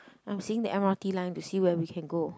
I'm seeing that m_r_t line to see where we can go